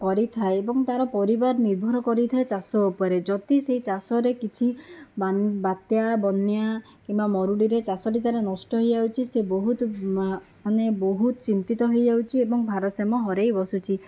କରିଥାଏ ଏବଂ ତା'ର ପରିବାର ନିର୍ଭର କରିଥାଏ ଚାଷ ଉପରେ ଯଦି ସେଇ ଚାଷରେ କିଛି ବାତ୍ୟା ବନ୍ୟା କିମ୍ବା ମରୁଡ଼ିରେ ଚାଷଟି ତା'ର ନଷ୍ଟ ହୋଇଯାଉଛି ସେ ବହୁତ ମାନେ ବହୁତ ଚିନ୍ତିତ ହୋଇଯାଊଛି ଏବଂ ଭାରସାମ୍ୟ ହରାଇବସୁଛି